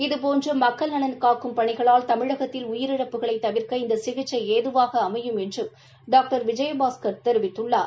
இதுபோன்ற மக்கள்நலன் காக்கும் பணிகளால் தமிழகத்தில் உயிரிழப்புகளை தவிா்க்க இந்த சிகிச்சை ஏதுவாக அமையும் என்றும் டாக்டர் விஜயபாஸ்கர் தெரிவித்துள்ளார்